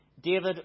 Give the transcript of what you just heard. David